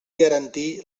garantir